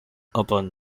upon